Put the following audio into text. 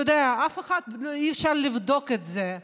אתה יודע, אפשר לבדוק את זה.